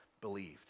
believed